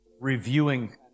Reviewing